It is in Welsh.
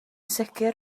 sicr